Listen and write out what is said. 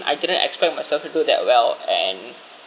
I didn't expect myself to do that well and